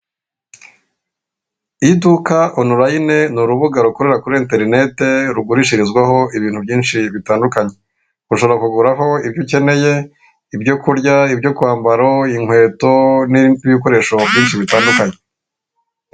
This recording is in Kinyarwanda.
Iduka onurayini ni urubuga rukorera kuri interineti, rugurishirizwaho ibintu byinshi bitandukanye. Ushobora kuguraho ibyo ukeneye, ibyo kurya, ibyo kwambara, inkweto n'ibikoresho byinshi bitandukanye.